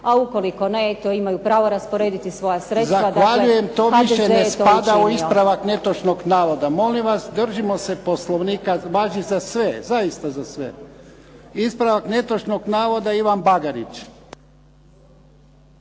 A ukoliko ne, eto imaju pravo rasporediti svoja sredstva … **Jarnjak, Ivan (HDZ)** Zahvaljujem! To više ne spada u ispravak netočnog navoda! Molim vas, držimo se Poslovnika. Važi za sve, zaista za sve. Ispravak netočnog navoda, Ivan Bagarić.